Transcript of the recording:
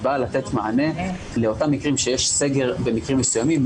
היא באה לתת מענה לאותם מקרים שיש סגר במקרים מסוימים,